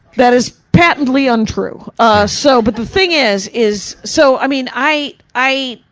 that is patently untrue. ah so, but the thing is, is, so i mean, i i